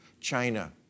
China